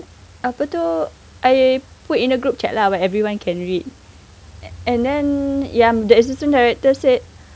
apa itu I put in a group chat lah where everyone can read and then the assistant director said